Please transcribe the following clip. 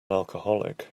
alcoholic